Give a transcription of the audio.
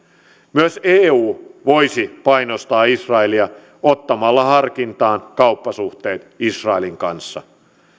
myös eu voisi painostaa israelia ottamalla harkintaan kauppasuhteet israelin kanssa